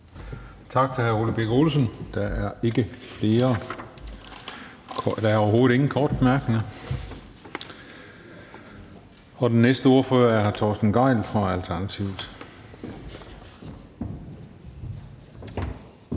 Tak til hr. Ole Birk Olesen. Der er ingen korte bemærkninger. Og den næste ordfører er hr. Torsten Gejl fra Alternativet.